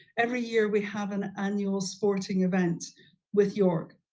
every year we have an annual sporting event with york.